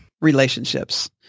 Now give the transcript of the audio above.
Relationships